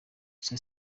gusa